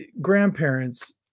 grandparents